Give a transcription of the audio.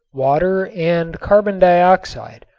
water and carbon dioxide,